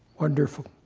wonderful